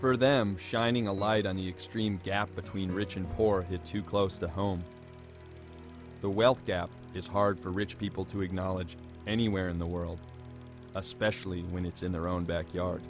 for them shining a light on the extreme gap between rich and poor hit too close to home the wealth gap is hard for rich people to acknowledge anywhere in the world especially when it's in their own backyard